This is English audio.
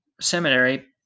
seminary